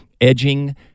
Edging